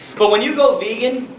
but when you go vegan,